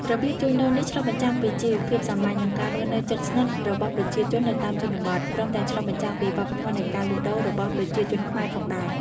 របៀបជួញដូរនេះឆ្លុះបញ្ចាំងពីជីវភាពសាមញ្ញ និងការរស់នៅជិតស្និទ្ធរបស់ប្រជាជននៅតាមជនបទ ព្រមទាំងឆ្លុះបញ្ចាំងពីវប្បធម៏នៃការលក់ដូររបស់ប្រជាជនខ្មែរផងដែរ។